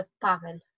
Pavel